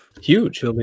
Huge